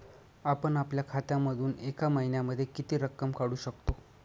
आपण आपल्या खात्यामधून एका महिन्यामधे किती रक्कम काढू शकतो?